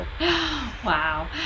Wow